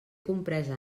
compresa